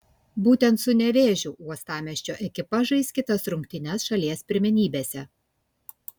būtent su nevėžiu uostamiesčio ekipa žais kitas rungtynes šalies pirmenybėse